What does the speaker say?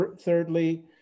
thirdly